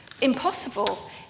impossible